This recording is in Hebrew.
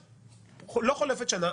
לא חולפת שנה,